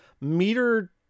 meter